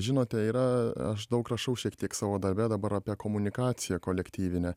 žinote yra aš daug rašau šiek tiek savo darbe dabar apie komunikaciją kolektyvinę